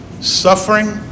suffering